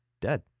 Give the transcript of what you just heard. dead